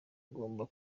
agomba